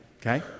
okay